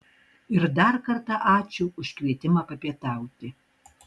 ir dar kartą ačiū už kvietimą papietauti